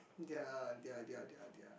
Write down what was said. their their their their their